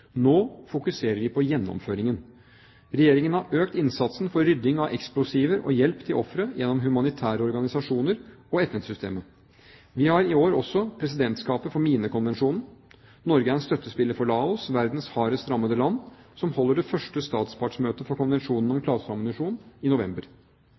Nå fokuserer vi på gjennomføringen. Regjeringen har økt innsatsen for rydding av eksplosiver og hjelp til ofre gjennom humanitære organisasjoner og FN-systemet. Vi har i år også presidentskapet for Minekonvensjonen. Norge er en støttespiller for Laos, verdens hardest rammede land, som holder det første statspartsmøtet for Konvensjonen om